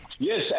Yes